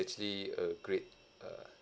actually a great uh